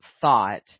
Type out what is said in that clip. thought